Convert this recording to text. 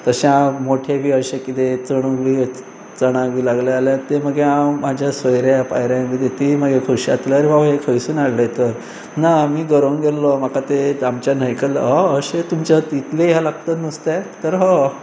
तशें हांव मोटे बी अशें किदें चणूक बी चणाक बी लागलें जाल्यार तें मागीर हांव म्हाज्या सोयऱ्या पायऱ्यांक बी दी तीय मागीर खूश जातल्यात हें खंयसून हाडलय तुवें तर ना मी गरोवंक गेल्लो म्हाका तें आमच्या न्हयकल्लो ह अशें तुमच्या इतलें हें लागतत नुस्तें तर ह